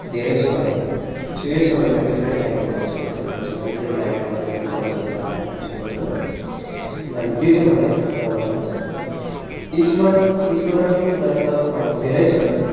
धेरै छ होइन सो यो समयमा डिफ्रेन्ट टाइपको मान्छेहरू भेटाउँछ डिफ्रेन्ट ब्याकग्राउन्ड डिफ्रेन्ट कल्चरबाट आएको मान्छेहरू होइन अनि त्यो चाहिँ मलाई राम्रो लाग्छ स्मरण स्मरणीय कुरा त अब धेरै छन्